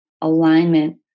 alignment